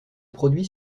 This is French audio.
produit